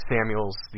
Samuels